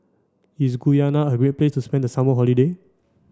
is Guyana a great place to spend the summer holiday